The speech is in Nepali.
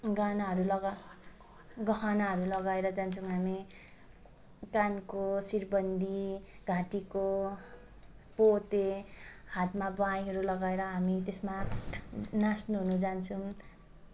गानाहरू लगा गहनाहरू लगाएर जान्छौँ हामी कानको शिरबन्दी घाँटीको पोते हातमा बाईँहरू लगाएर हामी त्यसमा नाच्नु ओर्नु जान्छौँ